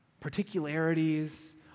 particularities